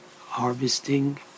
harvesting